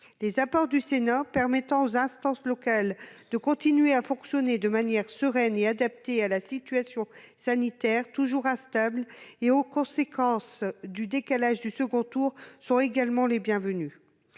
Les apports du Sénat permettant aux instances locales de continuer à fonctionner de manière sereine et adaptée à la situation sanitaire, toujours instable, et aux conséquences du report du second tour sont également bienvenus.